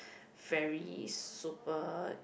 very super